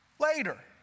later